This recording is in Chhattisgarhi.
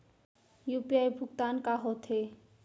यू.पी.आई भुगतान का होथे?